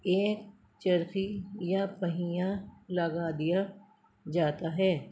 ایک چرخی یا پہیا لگا دیا جاتا ہے